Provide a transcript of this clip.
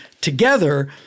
together